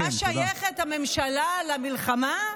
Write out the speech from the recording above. מה שייכת הממשלה למלחמה?